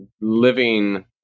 living